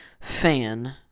fan